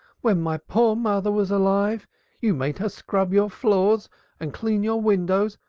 when my poor mother was alive you made her scrub your floors and clean your windows,